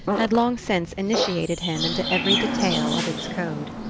had long since initiated him into every detail of its code.